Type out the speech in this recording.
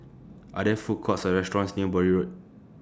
Are There Food Courts Or restaurants near Bury Road